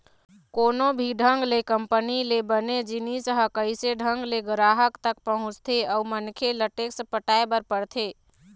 कोनो भी ढंग ले कंपनी ले बने जिनिस ह कइसे ढंग ले गराहक तक पहुँचथे अउ मनखे ल टेक्स पटाय बर पड़थे